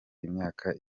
imyaka